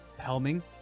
helming